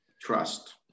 trust